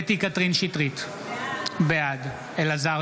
קטי קטרין שטרית, בעד אלעזר